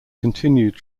continued